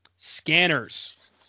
Scanners